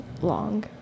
long